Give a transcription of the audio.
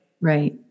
Right